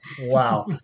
Wow